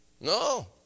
No